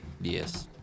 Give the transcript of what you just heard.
Yes